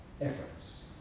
efforts